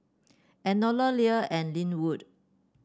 Enola Leah and Lynwood